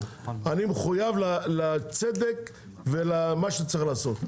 אני מחויב לצדק ולמה שצריך לעשות,